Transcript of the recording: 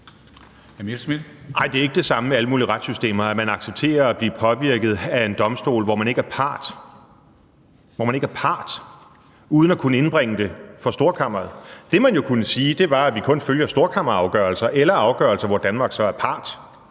det er ikke det samme som i alle mulige retssystemer, altså at man accepterer at blive påvirket af en domstol, hvor man ikke er part, uden at kunne indbringe det for Storkammeret. Det, man jo kunne sige, var, at vi kun følger storkammerafgørelser eller afgørelser, hvor Danmark så er part.